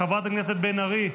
מירב בן ארי,